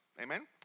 Amen